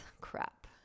crap